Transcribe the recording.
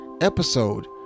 episode